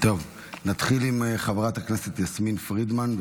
נתחיל עם חברת הכנסת יסמין פרידמן.